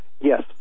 yes